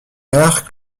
mère